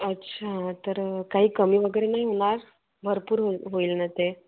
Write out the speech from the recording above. अच्छा तर काही कमी वगैरे नाही होणार भरपूर हो होईल ना ते